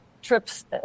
trips